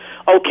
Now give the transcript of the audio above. okay